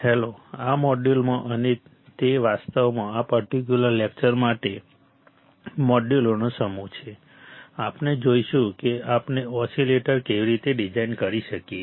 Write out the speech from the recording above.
hello આ મોડ્યુલમાં અને તે વાસ્તવમાં આ પર્ટિક્યુલર લેક્ચર માટે મોડ્યુલોનો સમૂહ છે આપણે જોઈશું કે આપણે ઓસીલેટર કેવી રીતે ડિઝાઇન કરી શકીએ